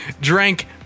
Drank